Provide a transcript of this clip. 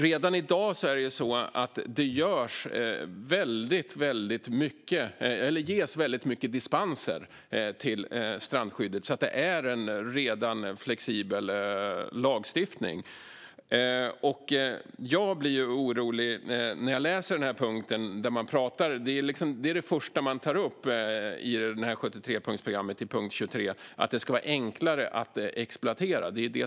Redan i dag ges det väldigt mycket dispenser från strandskyddet. Det är en redan flexibel lagstiftning. Jag blir orolig när jag läser punkten. Det första man tar upp i punkt 23 i 73-punktsprogrammet är att det ska vara enklare att exploatera.